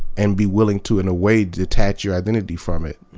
and be willing to, in a way, detach your identity from it,